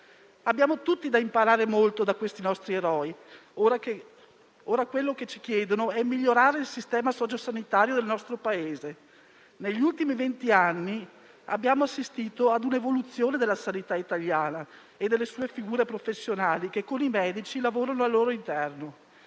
Abbiamo tutti da imparare molto da questi nostri eroi, che ora ci chiedono di migliorare il sistema socio-sanitario del nostro Paese. Negli ultimi vent'anni, abbiamo assistito ad un'evoluzione della sanità italiana e delle sue figure professionali che con i medici lavorano al loro interno.